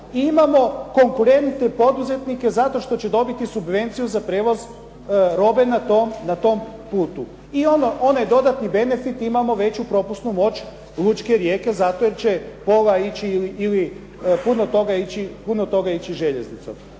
imamo konkurentne poduzetnike zato što će dobiti subvenciju za prijevoz robe na tom putu. I onaj dodatni benefit imamo veću propusnu moć lučke Rijeke zato jer će pola ići ili puno toga ići željeznicom.